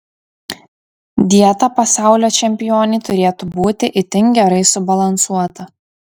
dieta pasaulio čempionei turėtų būti itin gerai subalansuota